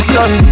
sun